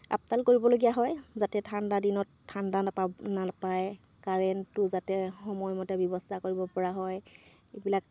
আপডাল কৰিবলগীয়া হয় যাতে ঠাণ্ডাৰ দিনত ঠাণ্ডা নাপায় নাপায় কাৰেণ্টটো যাতে সময়মতে ব্যৱস্থা কৰিব পৰা হয় এইবিলাক